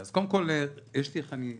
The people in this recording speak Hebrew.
אז קודם כל קצת על רשות המסים,